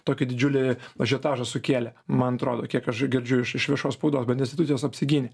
tokį didžiulį ažiotažą sukėlė man atrodo kiek aš girdžiu iš iš viešos spaudos bet institucijos apsigynė